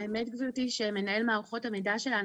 האמת גברתי שמנהל מערכות המידע שלנו,